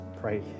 pray